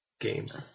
games